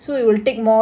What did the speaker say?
okay